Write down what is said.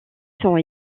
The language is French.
sont